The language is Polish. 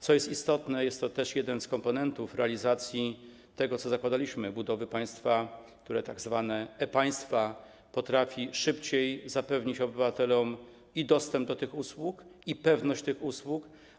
Co istotne, jest to też jeden z komponentów realizacji tego, co zakładaliśmy, budowy państwa, tzw. e-państwa, które potrafi szybciej zapewnić obywatelom i dostęp do tych usług, i pewność tych usług.